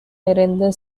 நிறைந்த